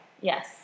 Yes